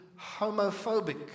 homophobic